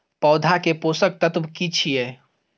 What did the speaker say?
पौधा के पोषक तत्व की छिये?